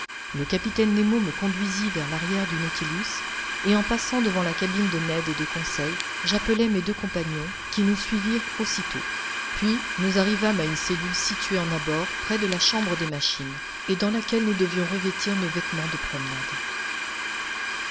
le capitaine nemo me conduisit vers l'arrière du nautilus et en passant devant la cabine de ned et de conseil j'appelai mes deux compagnons qui nous suivirent aussitôt puis nous arrivâmes à une cellule située en abord près de la chambre des machines et dans laquelle nous devions revêtir nos vêtements de promenade